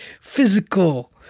physical